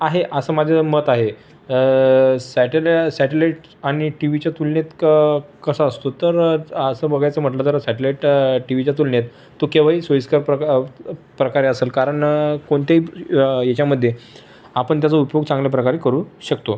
आहे असं माझं मत आहे सॅटेला सॅटेलाईट आणि टी व्हीच्या तुलनेत क कसा असतो तर असं बघायचं म्हटलं तर सॅटलाईट टी व्हीच्या तुलनेत तो केव्हाही सोईस्कर प्रका प्रकारे असेल कारण कोणत्याही याच्यामध्ये आपण त्याचा उपयोग चांगल्या प्रकारे करू शकतो